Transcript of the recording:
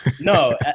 No